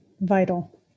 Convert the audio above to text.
Vital